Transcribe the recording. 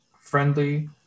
friendly